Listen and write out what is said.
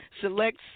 select